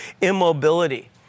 immobility